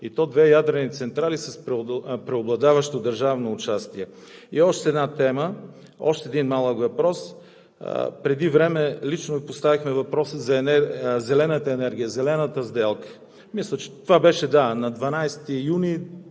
и то две ядрени централи с преобладаващо държавно участие. И още един въпрос. Преди време лично поставихме въпроса за зелената енергия, Зелената сделка, мисля, че беше на 12 юни